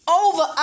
over